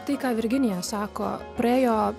tai ką virginija sako praėjo